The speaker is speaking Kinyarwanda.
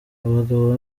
abagabo